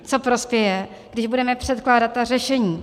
Co prospěje, je, když budeme předkládat řešení.